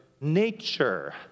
nature